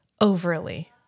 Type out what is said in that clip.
overly